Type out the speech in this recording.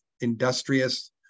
industrious